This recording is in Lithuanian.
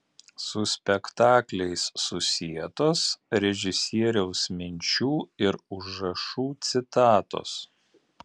su spektakliais susietos režisieriaus minčių ir užrašų citatos